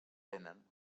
tenen